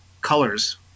colors